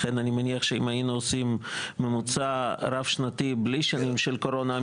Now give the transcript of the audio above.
לכן אני מניח שאם היינו עושים ממוצע רב שנתי בלי שנים של קורונה,